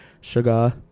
Sugar